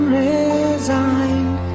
resigned